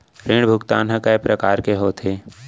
ऋण भुगतान ह कय प्रकार के होथे?